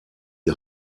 die